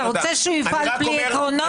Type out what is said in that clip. אתה רוצה שהוא יפעל בלי עקרונות?